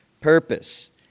purpose